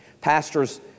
pastors